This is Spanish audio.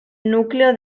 núcleo